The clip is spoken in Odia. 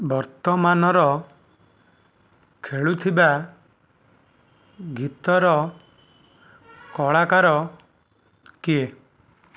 ବର୍ତ୍ତମାନର ଖେଳୁଥିବା ଗୀତର କଳାକାର କିଏ